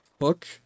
hook